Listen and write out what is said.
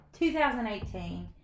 2018